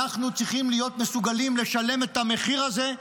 אנחנו צריכים להיות מסוגלים לשלם את המחיר הזה.